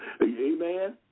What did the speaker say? Amen